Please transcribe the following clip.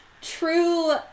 true